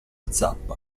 zappa